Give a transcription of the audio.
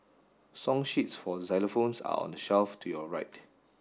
song sheets for xylophones are on the shelf to your right